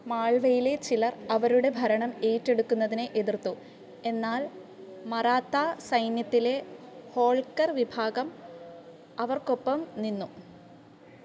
മാൾവയിലെ ചിലർ അവരുടെ ഭരണം ഏറ്റെടുക്കുന്നതിനെ എതിർത്തു എന്നാൽ മറാത്ത സൈന്യത്തിലെ ഹോൾക്കർ വിഭാഗം അവർക്കൊപ്പം നിന്നു